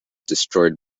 destroyed